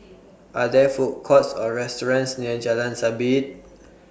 Are There Food Courts Or restaurants near Jalan Sabit